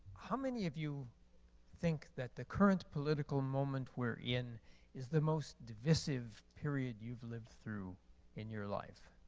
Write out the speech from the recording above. how many of you think that the current political moment we're in is the most divisive period you've lived through in your life?